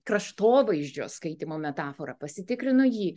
kraštovaizdžio skaitymo metaforą pasitikrinu jį